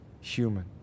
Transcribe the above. human